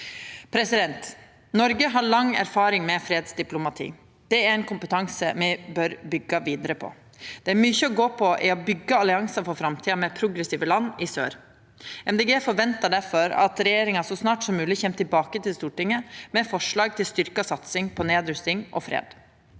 våpensystem. Noreg har lang erfaring med fredsdiplomati. Det er ein kompetanse me bør byggja vidare på. Det er mykje å gå på i å byggja alliansar for framtida med progressive land i sør. Miljøpartiet Dei Grøne forventar difor at regjeringa så snart som mogleg kjem tilbake til Stortinget med forslag til styrkt satsing på nedrusting og fred.